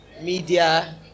media